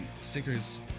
stickers